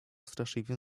straszliwym